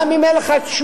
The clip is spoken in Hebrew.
גם אם אין לך תשובות,